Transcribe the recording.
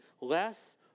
less